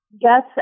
Yes